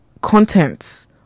contents